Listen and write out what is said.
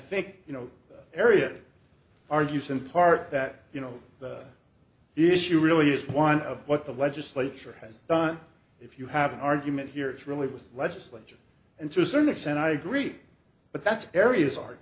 think you know area argues impart that you know the issue really is one of what the legislature has done if you have an argument here it's really with legislation and to a certain extent i agree but that's areas are